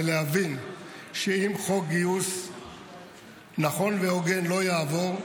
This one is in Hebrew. ולהבין שאם חוק גיוס נכון והוגן לא יעבור,